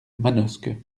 manosque